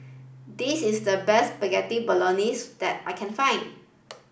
this is the best Spaghetti Bolognese that I can find